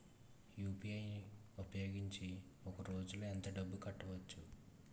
UPI ఉపయోగించి ఒక రోజులో ఎంత డబ్బులు కట్టవచ్చు?